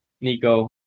Nico